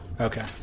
Okay